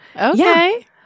Okay